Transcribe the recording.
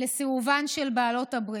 לסירובן של בעלות הברית,